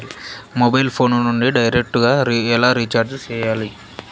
mobile phone నుండి direct గా ఎలా రీచార్జి సేయాలి